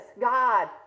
God